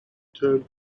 term